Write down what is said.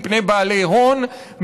מפני בעלי הון,